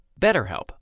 BetterHelp